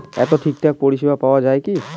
এতে ঠিকঠাক পরিষেবা পাওয়া য়ায় কি?